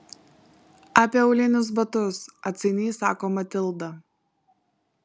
apie aulinius batus atsainiai sako matilda